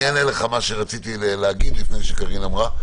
אני אענה לך מה שרציתי להגיד לפני שקארין אמרה,